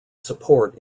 support